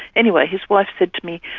anyway, his wife said to me,